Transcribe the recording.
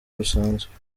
busanzwe